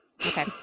Okay